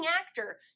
actor